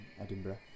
Edinburgh